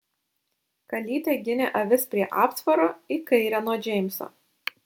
kalytė ginė avis prie aptvaro į kairę nuo džeimso